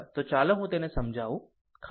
તો ચાલો હું તેને સમજાવું ખરું